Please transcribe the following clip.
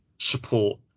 support